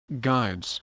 Guides